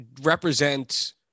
represent